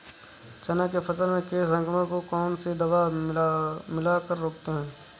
चना के फसल में कीट संक्रमण को कौन सी दवा मिला कर रोकते हैं?